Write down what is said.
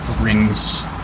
rings